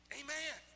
amen